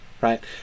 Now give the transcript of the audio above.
right